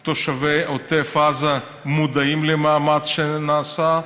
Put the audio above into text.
של תושבי עוטף עזה מודעים למאמץ שנעשה.